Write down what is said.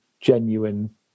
genuine